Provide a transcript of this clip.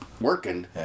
working